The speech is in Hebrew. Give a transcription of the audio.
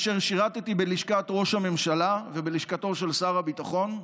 אשר שירתי בלשכת ראש הממשלה ובלשכתו של שר הביטחון,